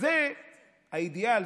זה האידיאל,